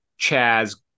Chaz